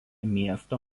miesto